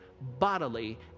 bodily